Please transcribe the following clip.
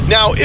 Now